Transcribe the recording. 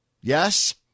Yes